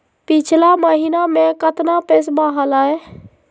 पिछला महीना मे कतना पैसवा हलय?